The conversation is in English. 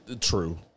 True